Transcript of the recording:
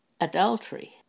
adultery